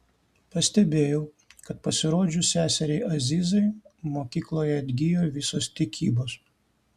pastebėjau kad pasirodžius seseriai azizai mokykloje atgijo visos tikybos